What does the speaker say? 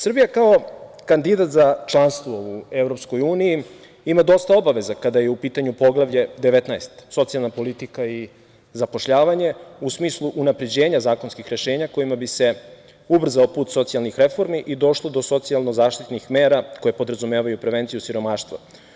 Srbija kao kandidat za članstvo u EU ima dosta obaveza, kada je u pitanju Poglavlje 19 – socijalna politika i zapošljavanje, a u smislu unapređenja zakonskih rešenja kojima bi se ubrzao put socijalnih reformi i došlo do socijalno-zaštitnih mera koje podrazumevaju prevenciju siromaštva.